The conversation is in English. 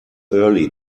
early